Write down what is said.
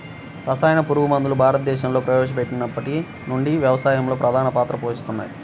రసాయన పురుగుమందులు భారతదేశంలో ప్రవేశపెట్టినప్పటి నుండి వ్యవసాయంలో ప్రధాన పాత్ర పోషిస్తున్నాయి